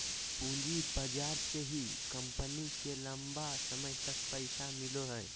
पूँजी बाजार से ही कम्पनी के लम्बा समय तक पैसा मिलो हइ